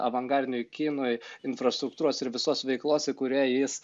avangardiniui kinui infrastruktūros ir visos veiklos į kurią jis